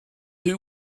who